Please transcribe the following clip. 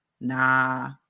nah